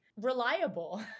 reliable